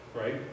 Right